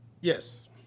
Yes